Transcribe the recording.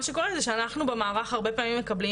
מה שקורה זה שאנחנו במערך הרבה פעמים מקבלים